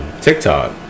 TikTok